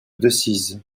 decize